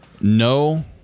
no